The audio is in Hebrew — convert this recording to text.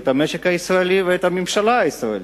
את המשק הישראלי ואת הממשלה הישראלית.